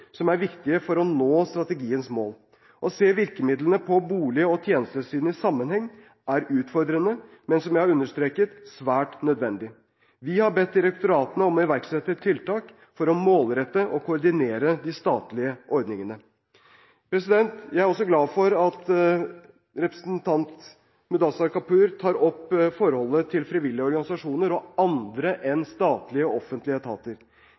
som er viktige for å nå strategiens mål. Å se virkemidlene på bolig- og tjenestesiden i sammenheng er utfordrende, men, som jeg har understreket, svært nødvendig. Vi har bedt direktoratene om å iverksette tiltak for å målrette og koordinere de statlige ordningene. Jeg er også glad for at representanten Mudassar Kapur tar opp forholdet til frivillige organisasjoner og andre enn statlige og offentlige etater.